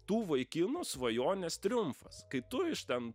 tų vaikinų svajonės triumfas kai tu iš ten